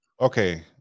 Okay